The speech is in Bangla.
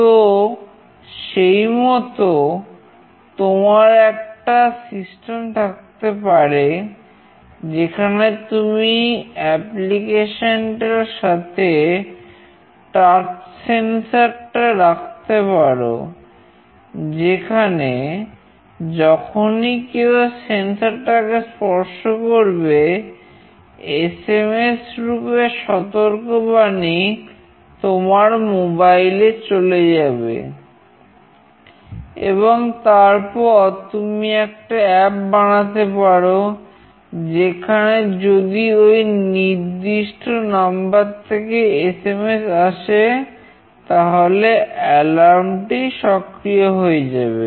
তো সেইমতো তোমার একটা সিস্টেম সক্রিয় হয়ে যাবে